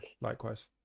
Likewise